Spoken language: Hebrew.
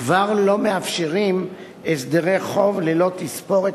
כבר לא מאפשרים הסדרי חוב ללא תספורת